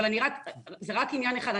זה רק עניין אחד,